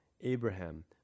Abraham